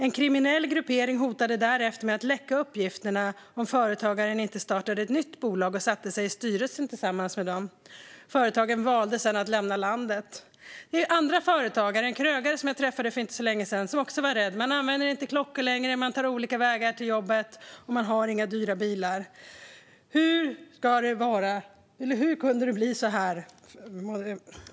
En kriminell gruppering hotade därefter med att läcka uppgifterna om företagaren inte startade ett nytt bolag och satte sig i styrelsen tillsammans med dem. Företagaren valde sedan att lämna landet. En annan företagare, en krögare som jag träffade för inte så länge sedan, var också rädd. Man använder inte klockor längre, man tar olika vägar till jobbet och man har inga dyra bilar. Hur kunde det bli så här?